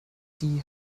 die